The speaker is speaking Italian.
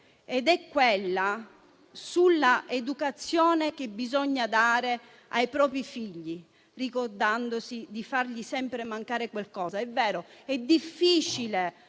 è quella sull'educazione che bisogna dare ai propri figli, ricordandosi di far sempre mancare loro qualcosa. È vero, il